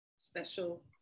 special